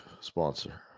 sponsor